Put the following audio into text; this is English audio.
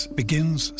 begins